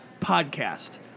podcast